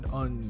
on